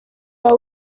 wawe